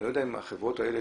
אני לא יודע אם החברות האלה,